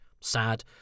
sad